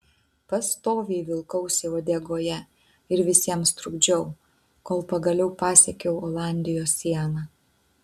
pastoviai vilkausi uodegoje ir visiems trukdžiau kol pagaliau pasiekiau olandijos sieną